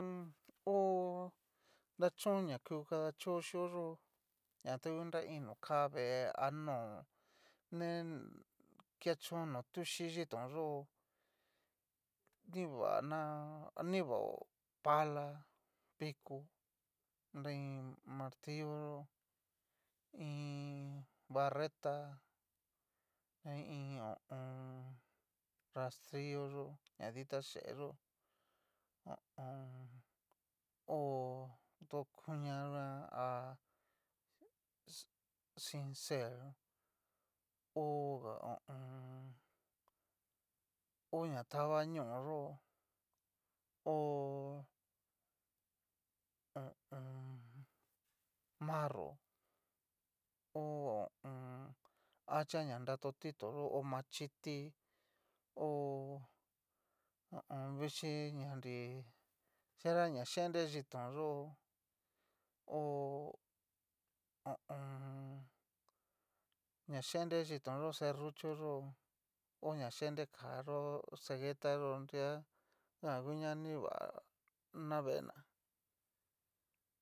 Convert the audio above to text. ho nrachon na ku kadachón xióyo na ngu ta iin no ka vée a no ne kechón no tuchí xhitón yo'o nribana nribao pala, piko, nri martillo yó iin barreta i iin ho o on. rrastrillo yó na dita chee yó ho o on. hó kuña nguan ha si sincel, ho ga ho o on. oña taba ñó yó hó ho o on. marro ho ho o on. acha na nra tito yó ho machiti ho ho o on vichí ña nri cierra na yendre xhitón yó'o ho ho o on. ña yendre chitón yó cerruchó ha ña yendre ká yó segueta yo nrida jan ngu na nrivana vee ná.